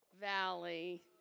Valley